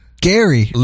Gary